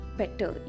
better